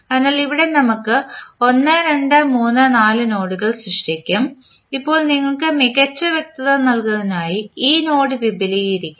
അതിനാൽ നമ്മൾ ഇവിടെ 1 2 3 4 നോഡുകൾ സൃഷ്ടിക്കും ഇപ്പോൾ നിങ്ങൾക്ക് മികച്ച വ്യക്തത നൽകുന്നതിനായി ഈ നോഡ് വിപുലീകരിക്കുന്നു